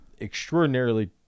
extraordinarily